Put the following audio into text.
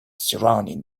surrounding